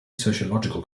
sociological